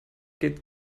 gilt